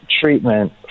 treatment